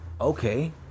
okay